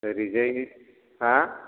ओरैजाय हा